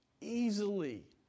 Easily